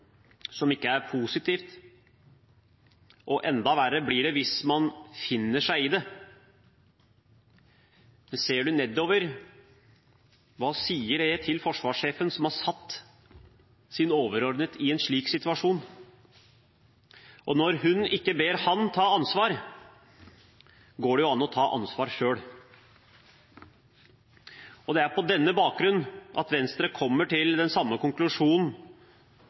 som ikke er positivt, og enda verre blir det hvis man finner seg i det. Ser man nedover, hva sier det om forsvarssjefen, som har satt sin overordnede i en slik situasjon? Når hun ikke ber ham ta ansvar, går det jo an å ta ansvar selv. Det er på denne bakgrunn at Venstre kommer til den samme